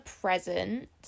present